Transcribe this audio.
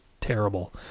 terrible